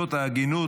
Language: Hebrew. זאת ההגינות.